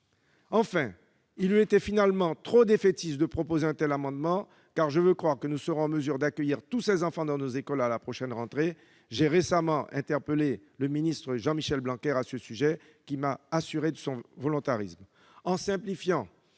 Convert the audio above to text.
Enfin, il eut été finalement trop défaitiste de proposer un tel amendement, car je veux croire que nous serons en mesure d'accueillir tous ces enfants dans nos écoles à la prochaine rentrée. J'ai récemment interpellé à ce sujet le ministre Jean-Michel Blanquer, qui m'a assuré de son volontarisme.